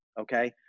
Okay